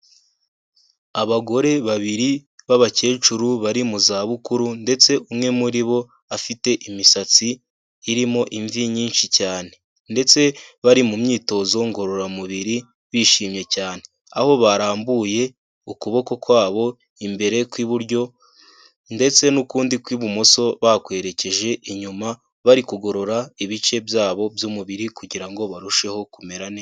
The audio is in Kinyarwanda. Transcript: Abagore babiri b'abakecuru bari mu zabukuru ndetse umwe muri bo afite imisatsi irimo imvi nyinshi cyane ndetse bari mu myitozo ngororamubiri bishimye cyane, aho barambuye ukuboko kwabo imbere kw'iburyo ndetse n'ukundi kw'ibumoso bakwerekeje inyuma, bari kugorora ibice byabo by'umubiri kugira ngo barusheho kumera neza.